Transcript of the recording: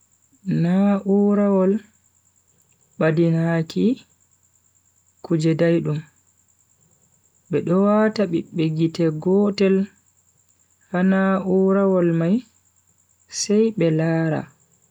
Naurawol badinaaki kuje daidum, bedo wata bibbe gite gotel ha na'urawol mai sai be lara.